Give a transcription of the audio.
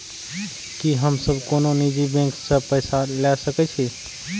की हम सब कोनो निजी बैंक से पैसा ले सके छी?